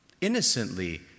Innocently